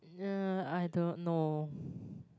uh I don't know